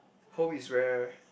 home is where